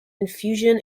infusion